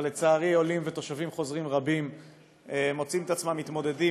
אבל לצערי עולים ותושבים חוזרים רבים מוצאים את עצמם מתמודדים